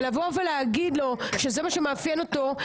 לבוא ולהגיד לו שזה מה שמאפיין אותו,